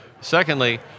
Secondly